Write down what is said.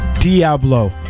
Diablo